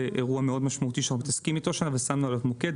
זה אירוע מאוד משמעותי שאנחנו מתעסקים אתו השנה ושמנו עליו מוקד.